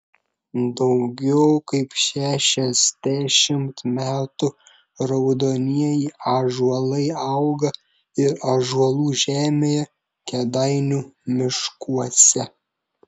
daugiau kaip šešiasdešimt metų raudonieji ąžuolai auga ir ąžuolų žemėje kėdainių miškuose